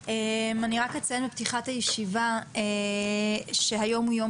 אני אציין בפתיחת הישיבה שהיום הוא יום